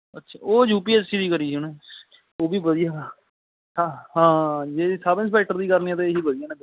ਅੱਛਾ ਉਹ U P S E ਦੀ ਕਰੀ ਸੀ ਉਹਨੇ ਉਹ ਵੀ ਵਧੀਆ ਹਾਂ ਹਾਂ ਜੇ ਸਬ ਇੰਸਪੈਕਟਰ ਦੀ ਕਰਨੀ ਹੈ ਤਾਂ ਇਹੀ ਵਧੀਆ ਨੇ ਦੋਨੇ